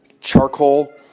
charcoal